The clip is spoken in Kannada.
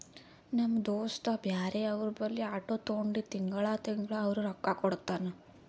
ನಮ್ ದೋಸ್ತ ಬ್ಯಾರೆ ಅವ್ರ ಬಲ್ಲಿ ಆಟೋ ತೊಂಡಿ ತಿಂಗಳಾ ತಿಂಗಳಾ ಅವ್ರಿಗ್ ರೊಕ್ಕಾ ಕೊಡ್ತಾನ್